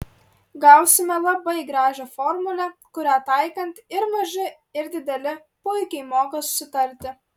gausime labai gražią formulę kurią taikant ir maži ir dideli puikiai moka susitarti